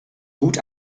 gut